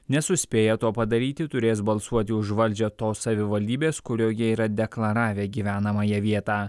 nesuspėję to padaryti turės balsuoti už valdžią tos savivaldybės kurioje yra deklaravę gyvenamąją vietą